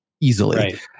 easily